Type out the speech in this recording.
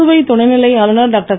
புதுவை துணைநிலை ஆளுநர் டாக்டர்